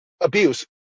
abuse